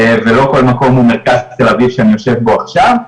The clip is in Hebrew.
ולא כל מקום הוא מרכז תל אביב שאני יושב בו עכשיו.